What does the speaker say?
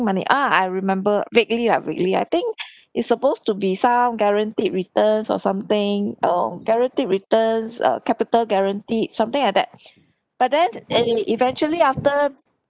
money ah I remember vaguely ah vaguely I think it's supposed to be some guaranteed returns or something err guaranteed returns uh capital guaranteed something like that but then and it eventually after